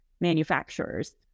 manufacturers